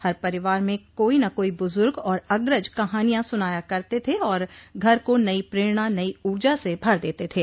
हर परिवार में कोई न कोई बुजुर्ग और अग्रज कहानियां सुनाया करते थे और घर को नई प्रेरणा नई ऊर्जा से भर देते थे